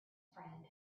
friend